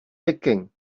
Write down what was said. digging